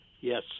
Yes